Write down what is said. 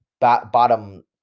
bottom